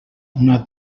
una